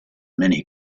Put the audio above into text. many